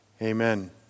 Amen